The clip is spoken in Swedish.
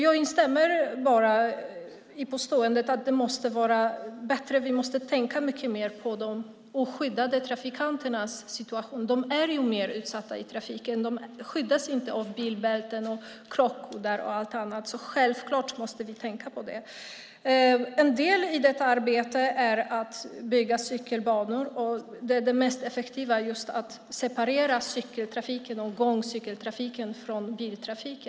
Jag kan bara instämma i påståendet att vi måste tänka mycket mer på de oskyddade trafikanternas situation. De är ju mer utsatta i trafiken. De skyddas inte av bilbälten, krockkuddar och annat, så självklart måste vi tänka på dem. En del i detta arbete är att bygga cykelbanor. Det mest effektiva är just att separera cykel och gångtrafiken från biltrafiken.